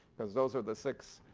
because those are the six